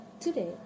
Today